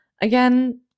Again